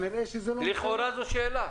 לכאורה, זו שאלה.